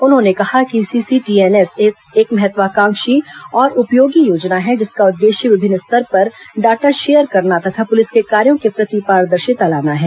उन्होंने कहा कि सीसीटीएनएस एक महत्वाकांक्षी और उपयोगी योजना हैं जिसका उद्देश्य विभिन्न स्तर पर डाटा शेयर करना तथा पुलिस के कार्यो के प्रति पारदर्शिता लाना है